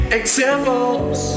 examples